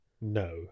No